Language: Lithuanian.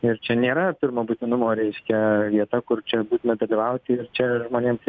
ir čia nėra pirmo būtinumo reiškia vieta kur čia būtina dalyvauti ir čia žmonėms